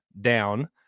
down